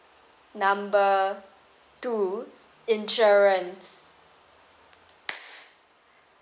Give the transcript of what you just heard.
number two insurance